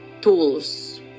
tools